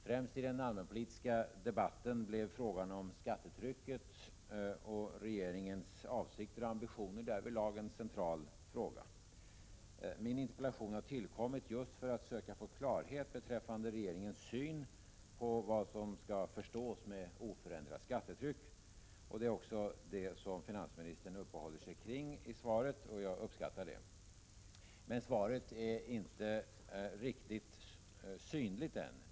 Främst i den allmänpolitiska debatten blev frågan om skattetrycket och regeringens avsikter och ambitioner därvidlag en central fråga. Min interpellation har tillkommit just för att söka få klarhet beträffande regeringens syn på vad som skall förstås med oförändrat skattetryck. Finansministern uppehåller sig kring detta i sitt svar, och jag uppskattar det. Men svaret är inte riktigt synligt än.